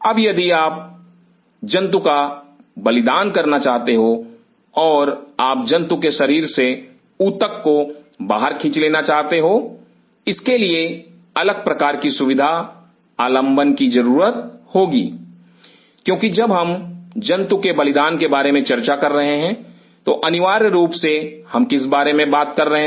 अब यदि आप जंतु का बलिदान करना चाहते हो और आप जंतु के शरीर से ऊतक को बाहर खींच लेना चाहते हो इसके लिए अलग प्रकार की सुविधा आलंबन की जरूरत होगी क्योंकि जब हम जंतु के बलिदान के बारे में चर्चा कर रहे हैं तो अनिवार्य रूप से हम किस बारे में बात कर रहे हैं